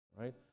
right